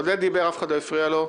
עודד דיבר ואף אחד לא הפריע לו,